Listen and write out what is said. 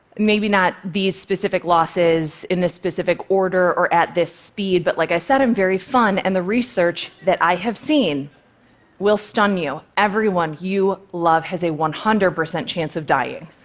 maybe not these specific losses in this specific order or at this speed, but like i said, i'm very fun and the research that i have seen will stun you everyone you love has a one hundred percent chance of dying.